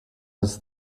his